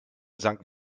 sankt